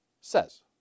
says